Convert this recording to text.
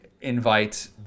invite